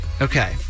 Okay